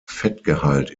fettgehalt